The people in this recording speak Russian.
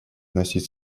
вносить